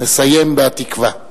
נסיים ב"התקווה".